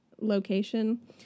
location